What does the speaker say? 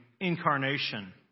incarnation